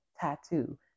tattoo